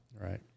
Right